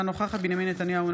אינה נוכחת בנימין נתניהו,